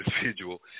individual